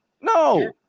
no